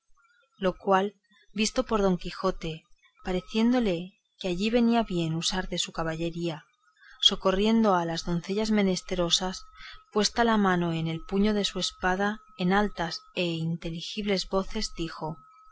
lo cual visto por don quijote pareciéndole que allí venía bien usar de su caballería socorriendo a las doncellas menesterosas puesta la mano en el puño de su espada en altas e inteligibles voces dijo